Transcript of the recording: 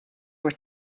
were